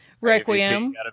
Requiem